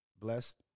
blessed